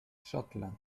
schottland